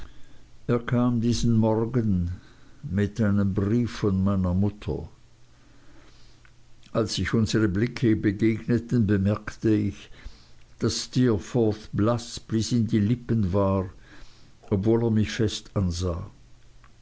kam diesen morgen mit einem brief von mei ner mutter als sich unsre blicke begegneten bemerkte ich daß steerforth blaß bis in die lippen war obwohl er mich fest ansah